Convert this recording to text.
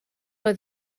oedd